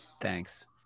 thanks